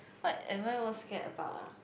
what am I most scared about ah